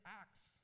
acts